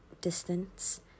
distance